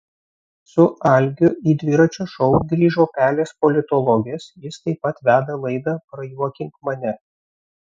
su algiu į dviračio šou grįžo pelės politologės jis taip pat veda laidą prajuokink mane